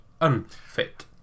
unfit